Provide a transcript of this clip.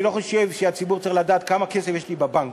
אני לא חושב שהציבור צריך לדעת כמה כסף יש לי בבנק,